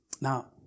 Now